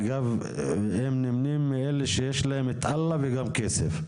אגב, הם נמנים מאלה שיש להם את אלוהים וגם כסף,